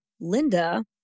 Linda